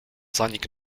zanik